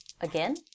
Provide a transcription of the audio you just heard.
Again